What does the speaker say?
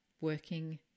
working